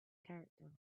character